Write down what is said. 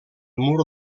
mur